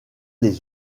les